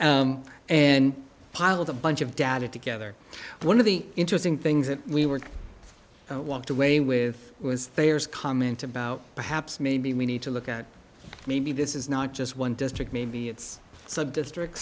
and piled a bunch of data together one of the interesting things that we were walked away with was there's comment about perhaps maybe we need to look at maybe this is not just one district maybe it's some districts